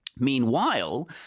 Meanwhile